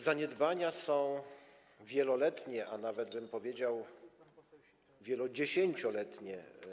Zaniedbania są wieloletnie, a nawet powiedziałbym, wielodziesięcioletnie.